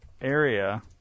Area